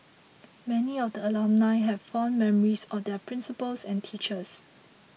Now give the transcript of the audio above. many of the alumnae had fond memories of their principals and teachers